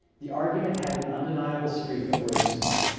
the argument had an undeniable streak of racism.